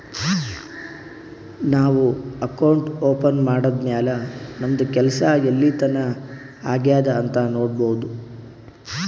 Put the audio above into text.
ನಾವು account open ಮಾಡದ್ದ್ ಮ್ಯಾಲ್ ನಮ್ದು ಕೆಲ್ಸಾ ಎಲ್ಲಿತನಾ ಆಗ್ಯಾದ್ ಅಂತ್ ನೊಡ್ಬೋದ್